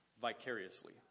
vicariously